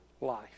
life